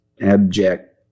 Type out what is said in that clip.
abject